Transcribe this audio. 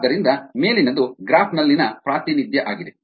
ಆದ್ದರಿಂದ ಮೇಲಿನದು ಗ್ರಾಫ್ ನಲ್ಲಿನ ಪ್ರಾತಿನಿಧ್ಯ ಆಗಿದೆ